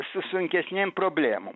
su sunkesnėm problemom